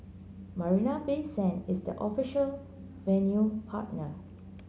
Marina Bay Sand is the official venue partner